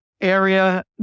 area